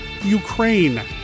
Ukraine